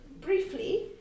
briefly